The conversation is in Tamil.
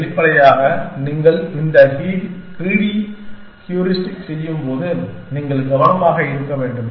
வெளிப்படையாக நீங்கள் இந்த க்ரீடி ஹியூரிஸ்டிக் செய்யும்போது நீங்கள் கவனமாக இருக்க வேண்டும்